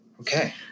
Okay